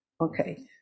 Okay